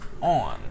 On